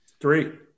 Three